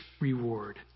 reward